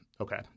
Okay